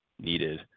needed